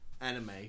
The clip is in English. Anime